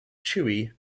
chewy